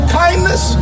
kindness